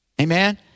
Amen